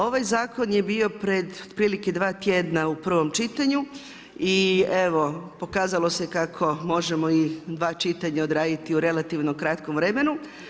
Ovaj zakon je bio pred otprilike dva tjedna u prvom čitanju i evo pokazalo se kako možemo i dva čitanja odraditi u relativno kratkom vremenu.